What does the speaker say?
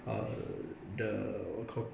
err the what do you call